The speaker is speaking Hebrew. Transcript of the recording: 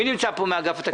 מי נמצא פה מאגף התקציבים?